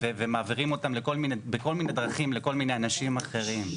ומעבירים אותן בכל מיני דרכים לכל מיני אנשים אחרים.